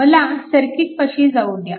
मला सर्किटपाशी जाऊ द्या